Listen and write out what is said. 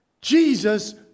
Jesus